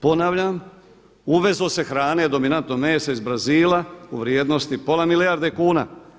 Ponavljam, uvezlo se hrane, dominantno mesa iz Brazila u vrijednosti pola milijarde kuna.